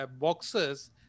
boxes